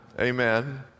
Amen